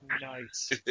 Nice